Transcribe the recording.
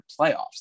playoffs